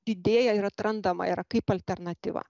didėja ir atrandama ir kaip alternatyva